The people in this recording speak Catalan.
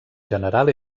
general